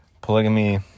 Polygamy